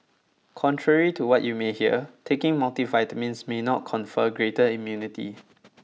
contrary to what you may hear taking multivitamins may not confer greater immunity